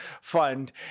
fund